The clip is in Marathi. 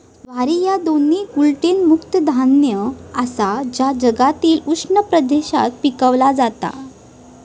ज्वारी ह्या दोन्ही ग्लुटेन मुक्त धान्य आसा जा जगातील उष्ण प्रदेशात पिकवला जाता